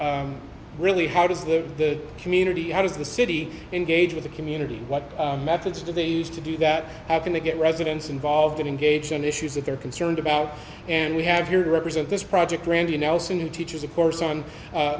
at really how does the community how does the city engage with the community what methods to the to do that having to get residents involved and engaged in issues that they're concerned about and we have here to represent this project randy nelson who teaches a course on